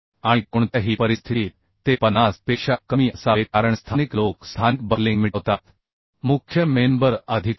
आणि कोणत्याही परिस्थितीत ते 50 पेक्षा कमी असावे कारण स्थानिक लोक स्थानिक बक्लिंग मिटवतात मुख्य मेंबर अधिकार